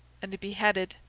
and beheaded.